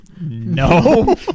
No